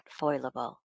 foilable